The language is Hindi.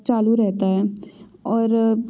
चालू रहता है और